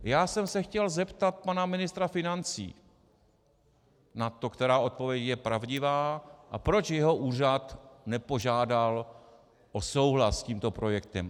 Já jsem se chtěl zeptat pana ministra financí na to, která odpověď je pravdivá a proč jeho úřad nepožádal o souhlas s tímto projektem.